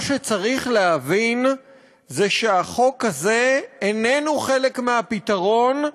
מה שצריך להבין זה שהחוק הזה איננו חלק מהפתרון,